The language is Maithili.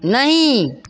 नहि